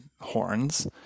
horns